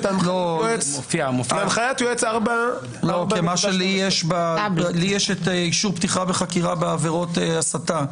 הנחיית יועץ --- לי יש את אישור פתיחה בחקירה בעבירות הסתה.